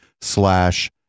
slash